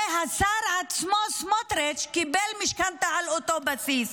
השר עצמו, סמוטריץ', קיבל משכנתה על אותו בסיס.